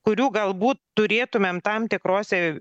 kurių galbūt turėtumėm tam tikrose